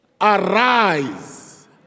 arise